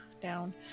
down